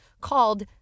called